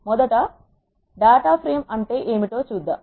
మొదట data frame అంటే ఏమిటో చూద్దాం